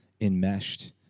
enmeshed